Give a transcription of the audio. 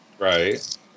right